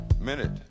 Minute